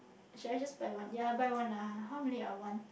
should I just buy one ya buy one lah how many I want